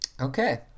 Okay